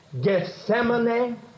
Gethsemane